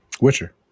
Witcher